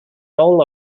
role